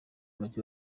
mujyi